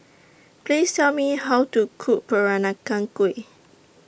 Please Tell Me How to Cook Peranakan Kueh